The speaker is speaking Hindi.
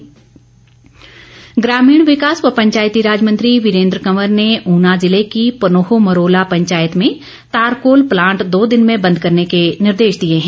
निर्देश ग्रामीण विकास व पंचायती राज मंत्री वीरेन्द्र कंवर ने ऊना ज़िले की पनोह मरोला पंचायत में तारकोल प्लांट दो दिन में बंद करने के निर्देश दिए हैं